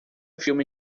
filme